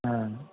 हँ